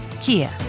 Kia